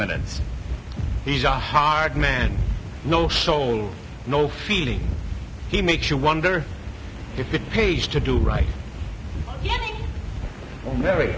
minutes he's a hard man no soul no feeling he makes you wonder if it pays to do right